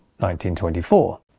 1924